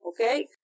Okay